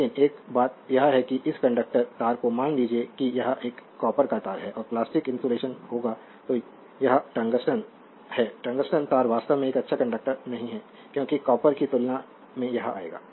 लेकिन एक बात यह है कि इस कंडक्टर तार को मान लीजिए कि यह एक कॉपर का तार है और प्लास्टिक इन्सुलेशन होगा और यह टंगस्टन है टंगस्टन तार वास्तव में एक अच्छा कंडक्टर नहीं है क्योंकि कॉपर की तुलना में यह आएगा